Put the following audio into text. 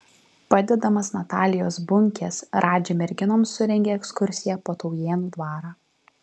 padedamas natalijos bunkės radži merginoms surengė ekskursiją po taujėnų dvarą